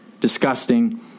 Disgusting